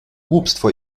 głupstwo